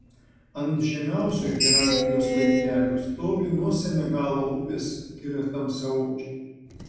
ant žemiausio hierarchijos laiptelio stovi nuo senegalo upės kilę tamsiaodžiai